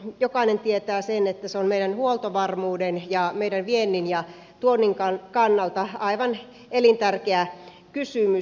jokainen tietää sen että se on meidän huoltovarmuuden ja meidän viennin ja tuonnin kannalta aivan elintärkeä kysymys